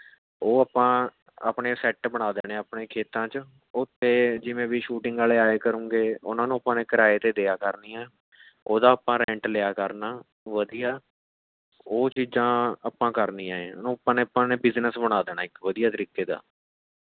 ਉਹ ਆਪਾਂ ਆਪਣੇ ਸੈੱਟ ਬਣਾ ਦੇਣੇ ਆਪਣੇ ਖੇਤਾਂ 'ਚ ਉੱਥੇ ਜਿਵੇਂ ਵੀ ਸ਼ੂਟਿੰਗ ਵਾਲੇ ਆਇਆ ਕਰੂਗੇ ਉਹਨਾਂ ਨੂੰ ਆਪਾਂ ਨੇ ਕਿਰਾਏ 'ਤੇ ਦਿਆ ਕਰਨੀਆਂ ਉਹਦਾ ਆਪਾਂ ਰੈਂਟ ਲਿਆ ਕਰਨਾ ਵਧੀਆ ਉਹ ਚੀਜ਼ਾਂ ਆਪਾਂ ਕਰਨੀਆਂ ਹੈ ਉਹਨੂੰ ਆਪਾਂ ਨੇ ਆਪਾਂ ਨੇ ਬਿਜ਼ਨੈਸ ਬਣਾ ਦੇਣਾ ਇੱਕ ਵਧੀਆ ਤਰੀਕੇ ਦਾ